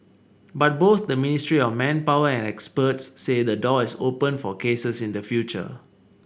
but both the Ministry of Manpower and experts say the door is open for cases in the future